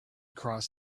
cross